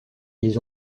ils